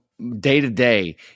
Day-to-day